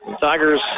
Tigers